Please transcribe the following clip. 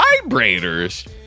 Vibrators